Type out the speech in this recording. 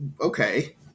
okay